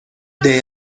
they